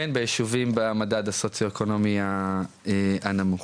ביישובים במדד הסוציו-אקונומי הנמוך.